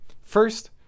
first